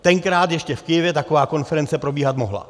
Tenkrát ještě v Kyjevě taková konference probíhat mohla.